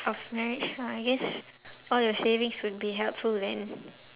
of marriage lah I guess all your savings will be helpful then